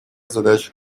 задача